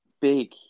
big